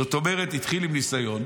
זאת אומרת, התחיל עם ניסיון.